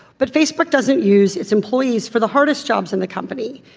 but facebook doesn't use its employees for the hardest jobs in the company.